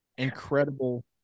incredible